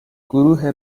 گروه